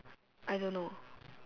I don't know